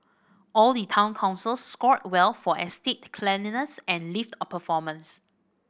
all the town councils scored well for estate cleanliness and lift performance